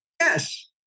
Yes